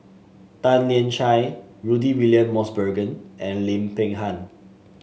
Tan Lian Chye Rudy William Mosbergen and Lim Peng Han